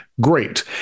Great